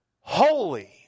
holy